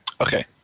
Okay